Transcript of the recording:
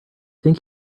think